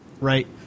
right